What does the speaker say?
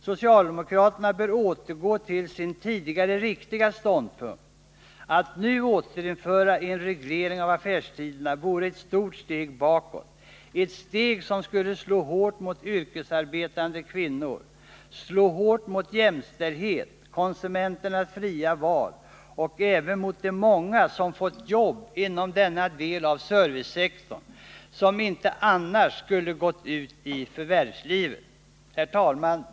Socialdemokraterna bör återgå till sin tidigare riktiga ståndpunkt. Att nu återinföra en reglering av affärstiderna vore att ta ett stort steg bakåt, något som skulle slå hårt mot yrkesarbetande kvinnor, mot jämställdhet, mot konsumenternas fria val och även mot de många som fått ett jobb inom denna del av servicesektorn och som inte annars skulle gått ut i förvärvslivet. Herr talman!